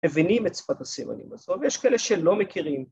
-בינים את שפת הסימנים הזאת, ‫ויש כאלה שלא מכירים.